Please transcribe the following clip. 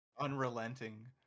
unrelenting